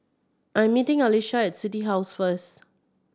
I'm meeting Alysia at City House first